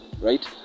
right